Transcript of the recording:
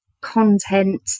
content